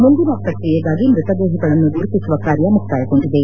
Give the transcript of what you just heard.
ಮುಂದಿನ ಪ್ರಕ್ರಿಯೆಗಾಗಿ ಮೃತದೇಹಗಳನ್ನು ಗುರುತಿಸುವ ಕಾರ್ಯ ಮುಕ್ತಾಯಗೊಂಡಿದೆ